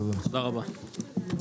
הישיבה ננעלה בשעה 09:56.